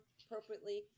appropriately